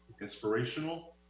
Inspirational